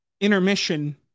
intermission